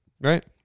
Right